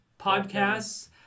podcasts